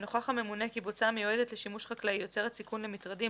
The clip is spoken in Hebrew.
נוכח הממונה כי בוצה המיועדת לשימוש חקלאי יוצרת סיכון למטרדים,